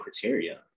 criteria